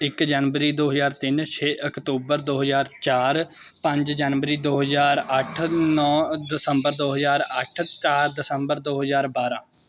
ਇੱਕ ਜਨਵਰੀ ਦੋ ਹਜ਼ਾਰ ਤਿੰਨ ਛੇ ਅਕਤੂਬਰ ਦੋ ਹਜ਼ਾਰ ਚਾਰ ਪੰਜ ਜਨਵਰੀ ਦੋ ਹਜ਼ਾਰ ਅੱਠ ਨੌ ਦਸੰਬਰ ਦੋ ਹਜ਼ਾਰ ਅੱਠ ਚਾਰ ਦਸੰਬਰ ਦੋ ਹਜ਼ਾਰ ਬਾਰ੍ਹਾਂ